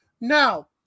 Now